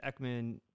Ekman